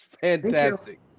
Fantastic